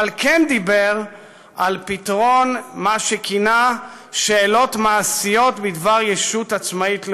אבל כן דיבר על פתרון מה שכינה "שאלות מעשיות בדבר ישות עצמאית לאומית",